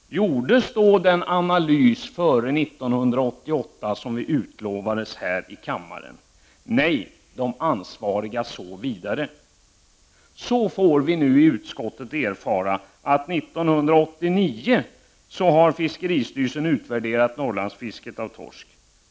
Gjordes då den analys före 1988 års utgång som vi lovades här i kammaren? Nej, de ansvariga sov vidare. Nu får vi i utskottet erfara att fiskeristyrelsen 1989 har utvärderat Norrlandsfisket av torsk.